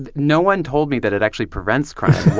and no one told me that it actually prevents crime.